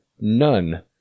none